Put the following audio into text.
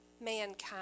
mankind